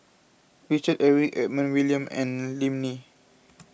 Richard Eric Edmund William and Lim Nee